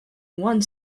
one